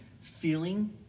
feeling